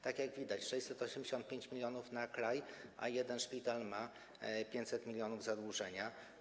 To jest 685 mln na kraj, a jeden szpital ma 500 mln zadłużenia.